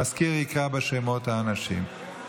המזכיר יקרא בשמות האנשים.